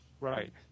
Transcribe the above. Right